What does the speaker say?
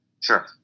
Sure